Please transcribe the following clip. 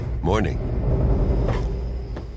Morning